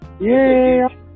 Yay